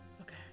Okay